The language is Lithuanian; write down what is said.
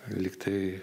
lyg tai